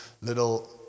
little